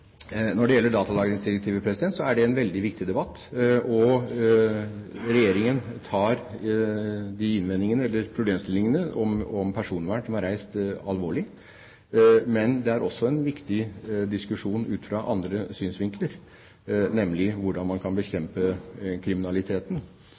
datalagringsdirektivet, er det en veldig viktig debatt, og Regjeringen tar de innvendingene, eller problemstillingene, om personvern som er reist, alvorlig. Men det er også en viktig diskusjon ut fra andre synsvinkler, nemlig hvordan man kan